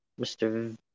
Mr